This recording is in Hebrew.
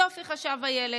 יופי, חשב הילד.